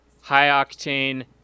high-octane